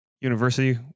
University